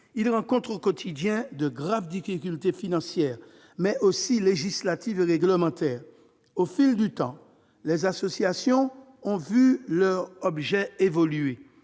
il rencontre au quotidien de graves difficultés non seulement financières, mais aussi législatives et réglementaires. Au fil du temps, les associations ont vu leur objet évoluer.